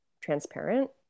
transparent